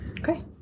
Okay